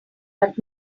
but